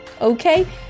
Okay